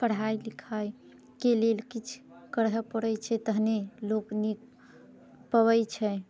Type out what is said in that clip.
पढ़ाइ लिखाइके लेल किछु करहे पड़ै छै तहने लोक नीक पबै छै